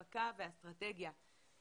הפקה ואסטרטגיה.